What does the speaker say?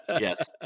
Yes